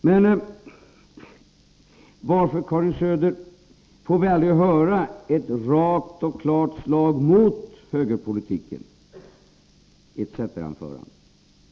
Men varför, Karin Söder, får vi aldrig höra ett rakt och klart slag mot högerpolitiken i ett centeranförande?